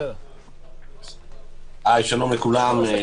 שלום לכולם,